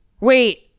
wait